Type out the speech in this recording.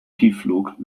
tiefflug